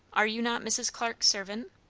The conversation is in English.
are you not mrs. clarke's servant?